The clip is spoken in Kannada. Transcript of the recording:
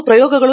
ಅರುಣ್ ಕೆ